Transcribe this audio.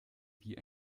wie